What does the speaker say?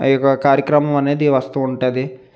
ఆ యొక్క కార్యక్రమము అనేది వస్తు ఉంటుంది